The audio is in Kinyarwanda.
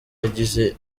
yagize